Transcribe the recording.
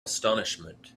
astonishment